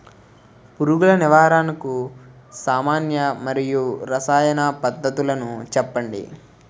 పురుగుల నివారణకు సామాన్య మరియు రసాయన పద్దతులను చెప్పండి?